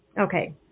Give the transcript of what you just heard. okay